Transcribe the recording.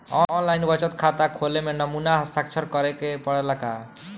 आन line बचत खाता खोले में नमूना हस्ताक्षर करेके पड़ेला का?